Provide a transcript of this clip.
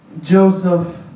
Joseph